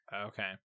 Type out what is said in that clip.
okay